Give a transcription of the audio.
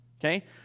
Okay